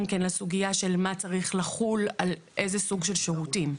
כן לסוגיה של מה צריך לחול על איזה סוג של שירותים.